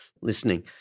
listening